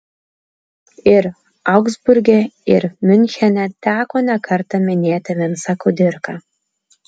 ir augsburge ir miunchene teko nekartą minėti vincą kudirką